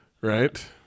right